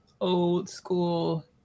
old-school –